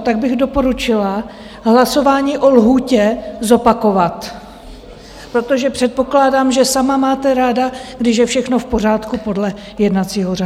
Tak bych doporučila hlasování o lhůtě zopakovat, protože předpokládám, že sama máte ráda, když je všechno v pořádku podle jednacího řádu.